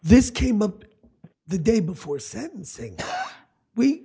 this came up the day before sentencing we